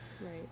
Right